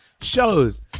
shows